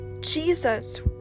Jesus